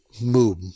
move